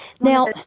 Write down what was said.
Now